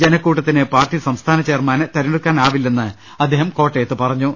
ജനക്കൂട്ടത്തിന് party സംസ്ഥാന ചെയർമാനെ തെരഞ്ഞെടുക്കാനാവില്ലെന്ന് അദ്ദേഹം കോട്ടയത്ത് പറഞ്ഞു